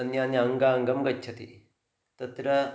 अन्यान्य अङ्गाङ्गं गच्छति तत्र